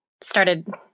started